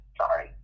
sorry